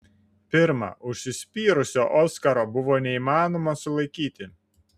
pirma užsispyrusio oskaro buvo neįmanoma sulaikyti